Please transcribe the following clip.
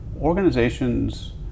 organizations